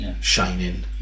Shining